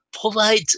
provide